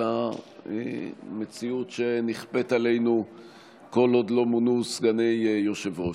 אלא מציאות שנכפית עלינו כל עוד לא מונו סגני יושב-ראש.